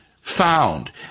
found